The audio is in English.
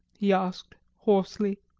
he asked, hoarsely.